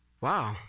Wow